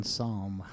Psalm